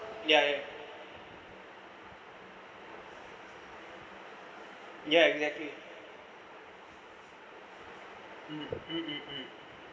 yeah yeah exactly mmhmm mm mm mm